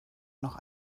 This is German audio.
noch